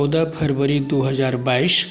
चौदह फरवरी दुइ हजार बाइस